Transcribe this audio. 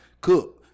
cook